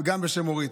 גם בשם אורית.